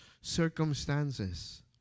circumstances